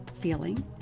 Feeling